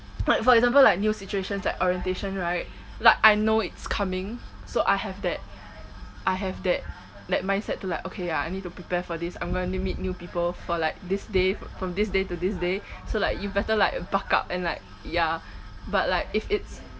like for example like new situations like orientation right like I know it's coming so I have that I have that that mindset to like okay ya I need to prepare for this I'm gonna meet meet new people for like this day fr~ from this day to this day so like you better like buck up and like ya but like if it's